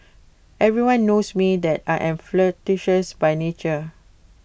everyone knows me that I am flirtatious by nature